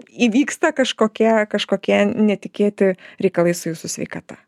įvyksta kažkokie kažkokie netikėti reikalai su jūsų sveikata